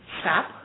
Stop